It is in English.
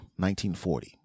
1940